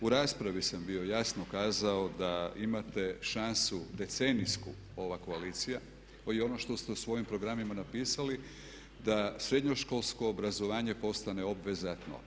U raspravi sam bio jasno kazao da imate šansu decenijsku ova koalicija kao i ono što ste u svojim programima napisali da srednjoškolsko obrazovanje postane obvezatno.